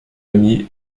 ami